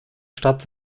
stadt